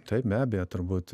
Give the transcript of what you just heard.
taip be abejo turbūt